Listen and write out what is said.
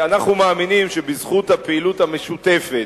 אנחנו מאמינים שבזכות הפעילות המשותפת,